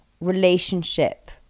relationship